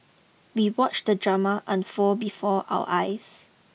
we watched the drama unfold before our eyes